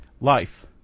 life